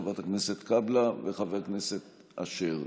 חברת הכנסת קאבלה וחבר הכנסת אשר,